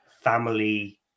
family